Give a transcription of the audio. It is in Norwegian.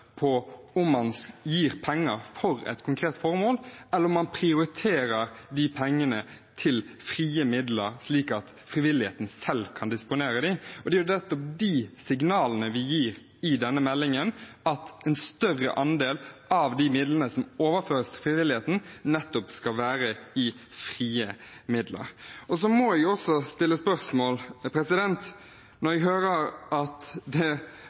på om man gir penger til et konkret formål, eller om man prioriterer pengene til frie midler slik at frivilligheten selv kan disponere dem. Det er nettopp det vi gir signaler om i denne meldingen – at en større andel av midlene som overføres til frivilligheten, nettopp skal være i form av frie midler. Jeg må også stille spørsmål når jeg hører fra samme representant at det